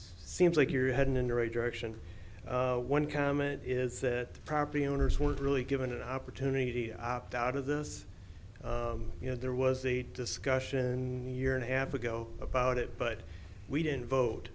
seems like you're heading and you're a direction one comment is that property owners weren't really given an opportunity opt out of this you know there was a discussion year and a half ago about it but we didn't vote